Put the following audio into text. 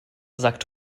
sagt